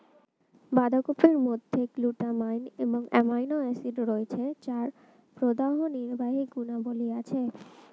বাঁধাকপির মধ্যে গ্লুটামাইন এবং অ্যামাইনো অ্যাসিড রয়েছে যার প্রদাহনির্বাহী গুণাবলী আছে